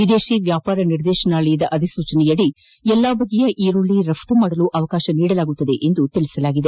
ವಿದೇಶಿ ವ್ಯಾಪಾರ ನಿರ್ದೇಶನಾಲಯದ ಅಧಿಸೂಚನೆಯದಿ ಎಲ್ಲಾ ಬಗೆಯ ಈರುಳ್ಳಿ ರಫ್ತಿಗೆ ಅವಕಾಶ ನೀಡಲಾಗುವುದು ಎಂದು ಹೇಳಲಾಗಿದೆ